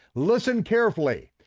listen carefully,